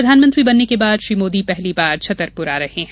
प्रधानमंत्री बनने के बाद श्री मोदी पहली बार छतरपुर आ रहे हैं